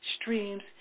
streams